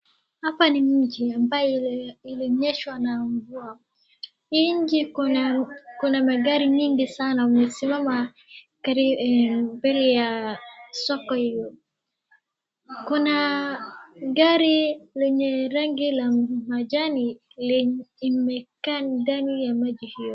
Hapa ni mji ambaye ilinyeshwa na mvua. Nje kuna magari mingi sana amesimama mbele ya soko hiyo. Kuna gari lenye rangi la majani imekaa ndani ya maji hiyo.